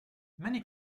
many